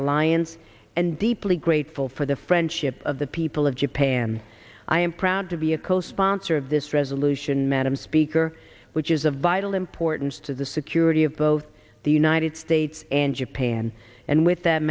alliance and deeply grateful for the friendship of the people of japan i am proud to be a co sponsor of this resolution madam speaker which is of vital importance to the security of both the united states and japan and with that